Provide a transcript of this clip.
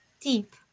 deep